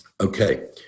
Okay